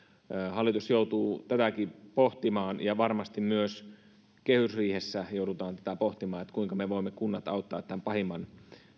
hallitus joutuu tätäkin pohtimaan ja varmasti myös kehysriihessä joudutaan pohtimaan tätä kuinka me voimme kunnat auttaa tämän pahimman